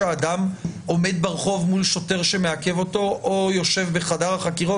האדם עומד ברחוב מול שוטר שמעכב אותו או יושב בחדר החקירות.